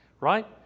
right